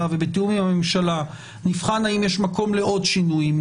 ובתיאום עם הממשלה נבחן האם יש מקום לעוד שינויים,